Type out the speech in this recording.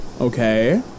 Okay